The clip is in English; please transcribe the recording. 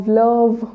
love